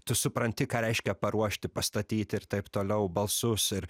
tu supranti ką reiškia paruošti pastatyti ir taip toliau balsus ir